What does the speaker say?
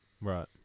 right